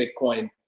Bitcoin